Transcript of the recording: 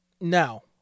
No